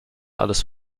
alles